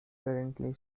currently